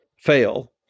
fail